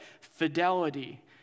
fidelity